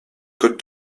code